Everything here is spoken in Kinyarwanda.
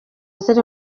ziri